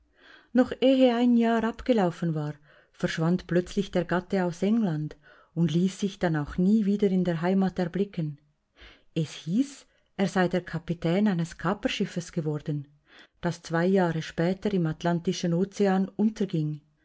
noch ehe ein jahr abgelaufen war verschwand plötzlich der gatte aus england und ließ sich dann auch nie wieder in der heimat erblicken es hieß er sei der kapitän eines kaperschiffes geworden das zwei jahre später im atlantischen ozean unterging